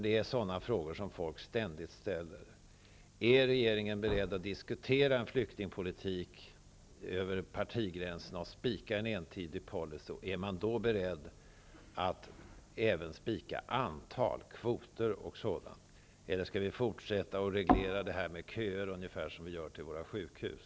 Det är sådana frågor folk ständigt ställer. Är regeringen beredd att diskutera en flyktingpolitik över partigränserna och spika en entydig policy? Är man beredd att även spika ett antal, kvoter osv.? Eller skall vi fortsätta att reglera detta med köer, på samma sätt som vi gör på våra sjukhus?